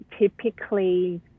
typically